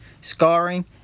scarring